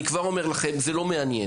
אני כבר אומר לכם, זה לא מעניין.